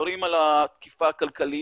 כשמדברים על אכיפה כלכלית,